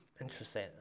interesting